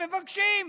הם מבקשים,